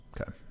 Okay